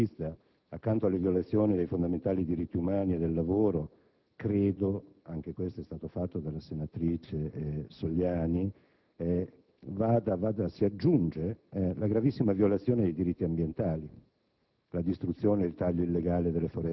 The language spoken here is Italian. militare. Da questo punto di vista, accanto alle violazioni dei fondamentali diritti umani e del lavoro - anche a questo ha dato risalto la senatrice Soliani - vi è pure la gravissima violazione dei diritti ambientali: